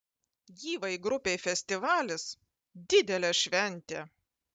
gyvai grupei festivalis didelė šventė